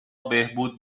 بهبود